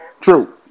true